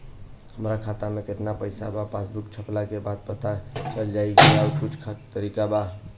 हमरा खाता में केतना पइसा बा पासबुक छपला के बाद पता चल जाई कि आउर कुछ तरिका बा?